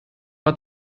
war